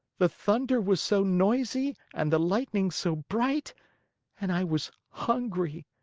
the thunder was so noisy and the lightning so bright and i was hungry.